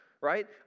right